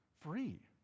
Free